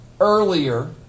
earlier